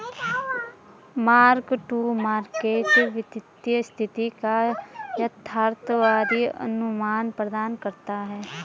mark to market वित्तीय स्थिति का यथार्थवादी अनुमान प्रदान करता है